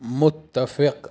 متفق